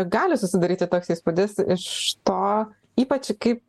gali susidaryti toks įspūdis iš to ypač kaip